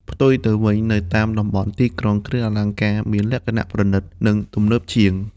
ផ្ទុយទៅវិញ នៅតាមតំបន់ទីក្រុង គ្រឿងអលង្ការមានលក្ខណៈប្រណិត និងទំនើបជាង។